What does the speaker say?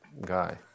guy